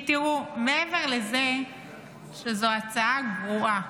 כי תראו, מעבר לזה שזו הצעה גרועה,